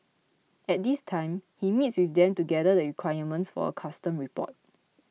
at this time he meets with them to gather the requirements for a custom report